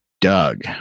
Doug